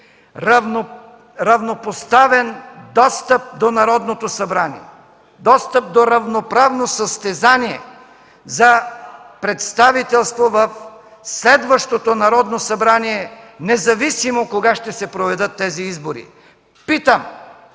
равнопоставен достъп до Народното събрание, достъп до равноправно състезание за представителство в следващото Народно събрание, независимо кога ще се проведат тези избори. Питам,